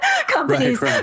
companies